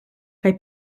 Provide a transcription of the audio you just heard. kaj